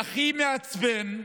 והכי מעצבן,